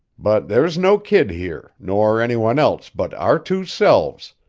but there's no kid here, nor any one else but our two selves,